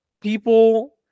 people